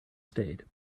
stayed